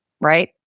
right